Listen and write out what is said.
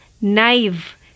naive